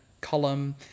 column